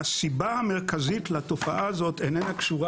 הסיבה המרכזית לתופעה הזאת איננה קשורה